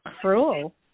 cruel